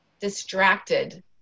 Distracted